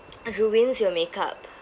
ruins your makeup